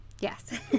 Yes